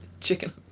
chicken